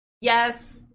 yes